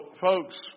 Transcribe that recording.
folks